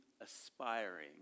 aspiring